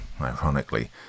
Ironically